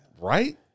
Right